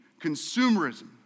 consumerism